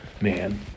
man